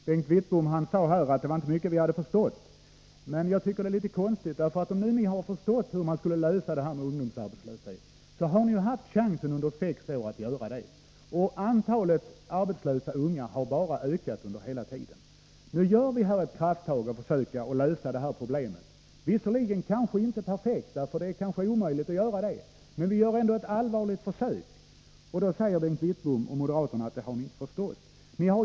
Fru talman! Bengt Wittbom sade att det inte var mycket som vi hade förstått. Jag tycker att det var ett litet konstigt uttalande. Om ni vet hur man skall lösa problemen med ungdomsarbetslösheten, har ni ju också haft chansen under sex år att göra det, men antalet arbetslösa unga har bara ökat hela tiden. Nu gör vi ett krafttag för att försöka lösa detta problem. Visserligen blir det måhända inte perfekt — det är kanske omöjligt att lyckas med det — men vi gör ändå ett allvarligt försök. Då säger Bengt Wittbom och moderaterna att vi inte har förstått det här.